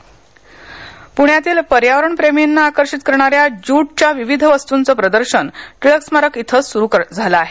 प्ण्यातील पर्यावरण प्रेमीना आकर्षित करणाऱ्या ज्यूट च्या विविध वस्तुंच प्रदर्शन टिळक स्मारक इथ सुरु झाल आहे